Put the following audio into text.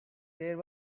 there